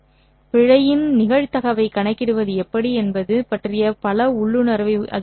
பிழையின் நிகழ்தகவைக் கணக்கிடுவது எப்படி என்பது பற்றிய பல உள்ளுணர்வை அது உருவாக்கும்